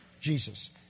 Jesus